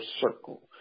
circle